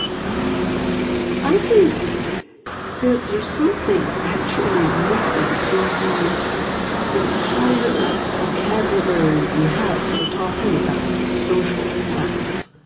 you know i think that there's something actually missing in the entire vocabulary we have for talking about social class,